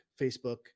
Facebook